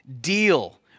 deal